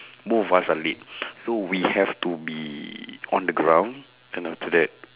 both of us are late so we have to be on the ground then after that